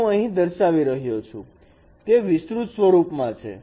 જે હું અહીં દર્શાવી રહ્યો છું તે વિસ્તૃત સ્વરૂપમાં છે